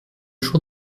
jour